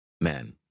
Men